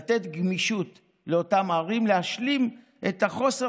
לתת גמישות לאותן ערים להשלים את החוסר